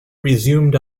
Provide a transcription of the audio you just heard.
resumed